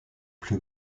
plus